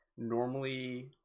Normally